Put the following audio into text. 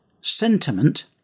sentiment